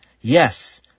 Yes